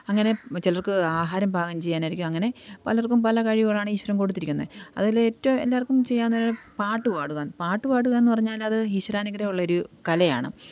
അങ്ങനെ ചിലർക്ക് ആഹാരം പാകം ചെയ്യാനായിരിക്കും അങ്ങനെ പലർക്കും പല കഴിവുകളാണ് ഈശ്വരൻ കൊടുത്തിരിക്കുന്നത് അതിലേറ്റവും എല്ലാവർക്കും ചെയ്യാനൊരു പാട്ടുപാടുക പാട്ടുപാടുകയെന്ന് പറഞ്ഞാൽ അത് ഈശ്വരാനുഗ്രഹം ഉള്ളൊരു കലയാണ്